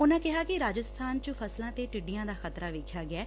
ਉਨੂਂ ਕਿਹਾ ਕਿ ਰਾਜਸਬਾਨ ਚ ਫਸਲਾਂ ਤੇ ਟਿੱਡੀਆਂ ਦਾ ਖ਼ਤਰਾ ਵੇਖਿਆ ਗਿਐ